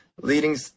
leading